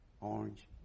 orange